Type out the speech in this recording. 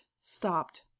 stopped